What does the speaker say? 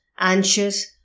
anxious